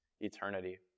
eternity